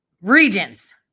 regions